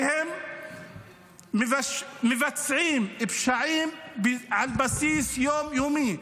הם מבצעים פשעים על בסיס יום-יומי,